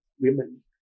women